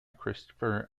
christopher